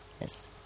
Yes